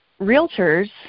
realtors